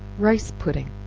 rice pudding.